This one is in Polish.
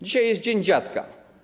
Dzisiaj jest Dzień Dziadka.